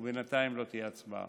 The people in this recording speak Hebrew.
וכי בינתיים לא תהיה הצבעה.